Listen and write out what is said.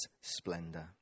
splendor